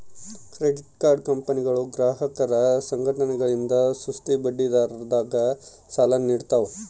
credit card ಕಂಪನಿಗಳು ಗ್ರಾಹಕರ ಸಂಘಟನೆಗಳಿಂದ ಸುಸ್ತಿ ಬಡ್ಡಿದರದಾಗ ಸಾಲ ನೀಡ್ತವ